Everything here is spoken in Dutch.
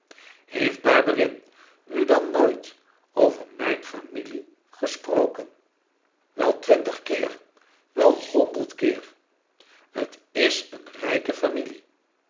heeft barberin u dan nooit over mijn familie gesproken wel twintig keer wel honderd keer t is een rijke familie